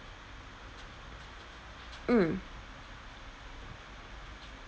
mm